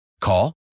Call